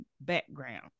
background